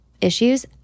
issues